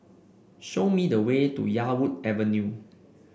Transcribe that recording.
show me the way to Yarwood Avenue